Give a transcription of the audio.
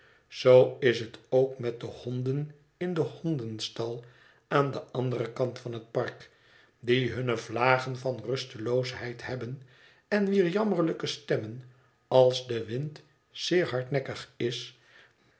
zoo is het ook met de honden in den hondenstal aan den anderen kant van het park die hunne vlagen van rusteloosheid hebben en wier jammerlijke stemmen als de wind zeer hardnekkig is